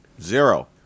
zero